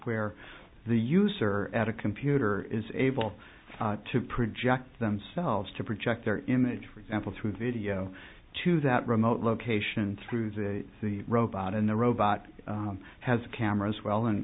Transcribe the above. where the user at a computer is able to project themselves to project their image for example through video to that remote location through the the robot in the robot has cameras well and